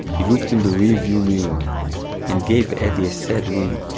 he looked in the rear-view mirror and gave eddie a sad wink,